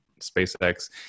SpaceX